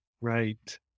Right